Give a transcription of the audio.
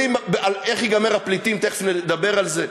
איך ייגמר עניין הפליטים, תכף נדבר על זה.